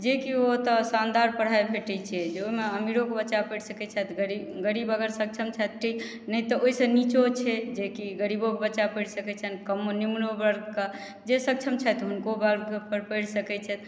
जे केओ ओतौ शानदार पढ़ाइ भेटै छै जे ओहिमे अमीरोके बच्चा पढ़ि सकै छथि गरीब गरीब अगर सक्षम छथि तऽ ठीक नहि तऽ ओहि सऽ नीचो छै जे कि गरीबोके बच्चा पढ़ि सकै छनि कमो निम्नो वर्गके जे सक्षम छथि हुनको बाल बच्चा पैढ़ सकै छथि